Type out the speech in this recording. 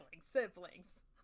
siblings